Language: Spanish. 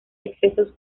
excesos